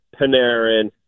Panarin